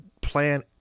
plan